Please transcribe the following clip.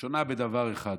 היא שונה בדבר אחד: